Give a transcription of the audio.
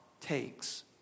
takes